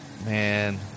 Man